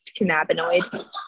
cannabinoid